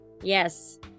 Yes